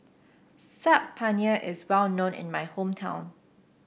Saag Paneer is well known in my hometown